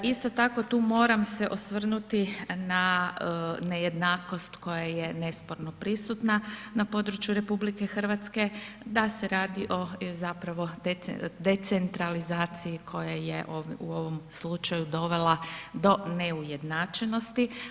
Isto tako tu moram se osvrnuti na nejednakost koja je nesporno prisutna na području RH, da se radi o zapravo o decentralizaciji koja je u ovom slučaju dovela do neujednačenosti.